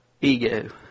ego